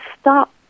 stop